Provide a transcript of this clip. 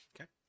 Okay